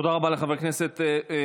תודה רבה לחבר כנסת ארבל.